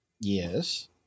Yes